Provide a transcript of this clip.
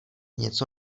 něco